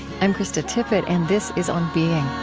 i'm krista tippett, and this is on being